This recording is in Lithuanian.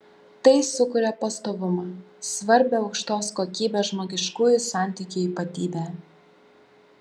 tai sukuria pastovumą svarbią aukštos kokybės žmogiškųjų santykių ypatybę